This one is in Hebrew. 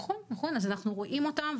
נכון, אז אנחנו רואים אותם.